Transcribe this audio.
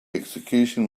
execution